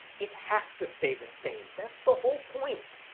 it has to stay the same. that's the whole point.